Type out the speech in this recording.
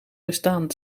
bestaan